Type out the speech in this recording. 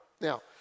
Now